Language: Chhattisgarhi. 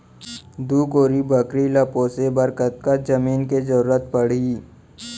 दू कोरी बकरी ला पोसे बर कतका जमीन के जरूरत पढही?